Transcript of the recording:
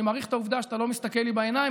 אני מעריך את העובדה שאתה לא מסתכל לי בעיניים.